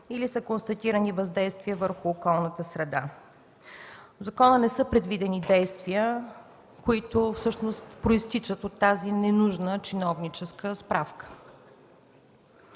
или са констатирани въздействия върху околната среда. В закона не са предвидени действия, които всъщност произтичат от тази ненужна чиновническа справка.